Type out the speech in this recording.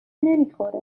نمیخوره